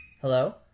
Hello